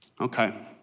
Okay